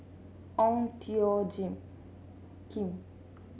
Ong Tjoe Kim